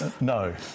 No